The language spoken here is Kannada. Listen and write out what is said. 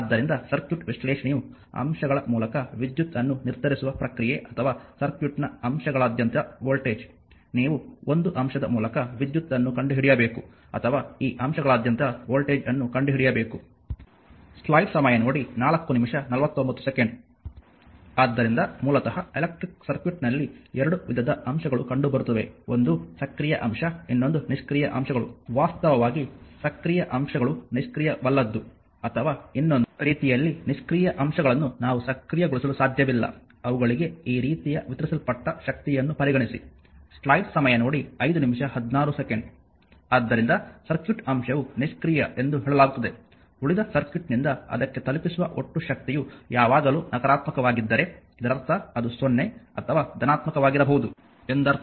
ಆದ್ದರಿಂದ ಸರ್ಕ್ಯೂಟ್ ವಿಶ್ಲೇಷಣೆಯು ಅಂಶಗಳ ಮೂಲಕ ವಿದ್ಯುತನ್ನು ನಿರ್ಧರಿಸುವ ಪ್ರಕ್ರಿಯೆ ಅಥವಾ ಸರ್ಕ್ಯೂಟ್ನ ಅಂಶಗಳಾದ್ಯಂತ ವೋಲ್ಟೇಜ್ ನೀವು ಒಂದು ಅಂಶದ ಮೂಲಕ ವಿದ್ಯುತನ್ನು ಕಂಡುಹಿಡಿಯಬೇಕು ಅಥವಾ ಈ ಅಂಶಗಳಾದ್ಯಂತ ವೋಲ್ಟೇಜ್ ಅನ್ನು ಕಂಡುಹಿಡಿಯಬೇಕು ಆದ್ದರಿಂದ ಮೂಲತಃ ಎಲೆಕ್ಟ್ರಿಕ್ ಸರ್ಕ್ಯೂಟ್ನಲ್ಲಿ 2 ವಿಧದ ಅಂಶಗಳು ಕಂಡುಬರುತ್ತವೆ ಒಂದು ಸಕ್ರಿಯ ಅಂಶ ಇನ್ನೊಂದು ನಿಷ್ಕ್ರಿಯ ಅಂಶಗಳು ವಾಸ್ತವವಾಗಿ ಸಕ್ರಿಯ ಅಂಶಗಳು ನಿಷ್ಕ್ರಿಯವಲ್ಲದ್ದು ಅಥವಾ ಇನ್ನೊಂದು ರೀತಿಯಲ್ಲಿ ನಿಷ್ಕ್ರಿಯ ಅಂಶಗಳನ್ನು ನಾವು ಸಕ್ರಿಯಗೊಳಿಸಲು ಸಾಧ್ಯವಿಲ್ಲ ಅವುಗಳಿಗೆ ಈ ರೀತಿಯ ವಿತರಿಸಲ್ಪಟ್ಟ ಶಕ್ತಿಯನ್ನು ಪರಿಗಣಿಸಿ ಆದ್ದರಿಂದ ಸರ್ಕ್ಯೂಟ್ ಅಂಶವು ನಿಷ್ಕ್ರಿಯ ಎಂದು ಹೇಳಲಾಗುತ್ತದೆ ಉಳಿದ ಸರ್ಕ್ಯೂಟ್ನಿಂದ ಅದಕ್ಕೆ ತಲುಪಿಸುವ ಒಟ್ಟು ಶಕ್ತಿಯು ಯಾವಾಗಲೂ ನಕಾರಾತ್ಮಕವಾಗಿದ್ದರೆಇದರರ್ಥ ಅದು 0 ಅಥವಾ ಧನಾತ್ಮಕವಾಗಿರಬಹುದು ಎಂದರ್ಥ